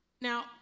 Now